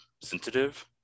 sensitive